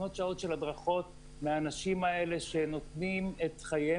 לקנות שעות של הדרכות מהאנשים האלה שנותנים את חייהם